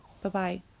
Bye-bye